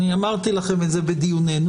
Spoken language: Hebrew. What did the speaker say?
אמרתי את זה בדיונים.